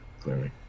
clearly